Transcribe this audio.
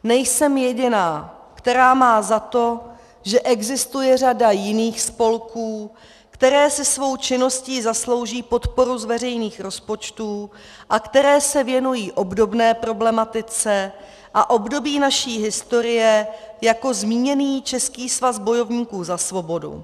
Nejsem jediná, která má za to, že existuje řada jiných spolků, které si svou činností zaslouží podporu z veřejných rozpočtů a které se věnují obdobné problematice a období naší historie jako zmíněný Český svazu bojovníků za svobodu.